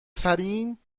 سرین